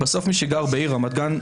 בסוף מי שגר בעיר רמת גן,